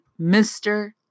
Mr